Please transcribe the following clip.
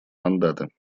мандаты